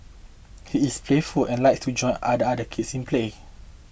he is playful and likes to join other other kids in play